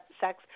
sex